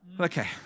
Okay